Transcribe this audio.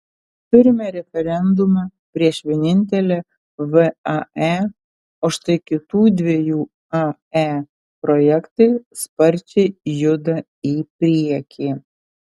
turime referendumą prieš vienintelę vae o štai kitų dviejų ae projektai sparčiai juda į priekį